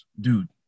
dude